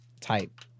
type